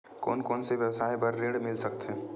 कोन कोन से व्यवसाय बर ऋण मिल सकथे?